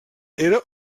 era